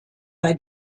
bei